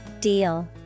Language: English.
Deal